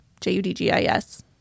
j-u-d-g-i-s